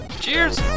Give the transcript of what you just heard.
Cheers